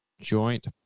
joint